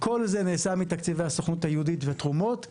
כל זה נעשה מתקציבי הסוכנות היהודית ותרומות.